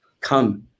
come